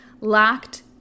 lacked